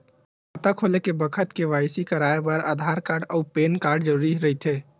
खाता खोले के बखत के.वाइ.सी कराये बर आधार कार्ड अउ पैन कार्ड जरुरी रहिथे